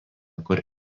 kur